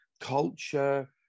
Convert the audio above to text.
Culture